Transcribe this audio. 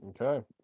Okay